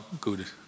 good